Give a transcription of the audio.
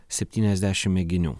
septyniasdešim mėginių